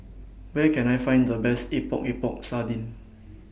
Where Can I Find The Best Epok Epok Sardin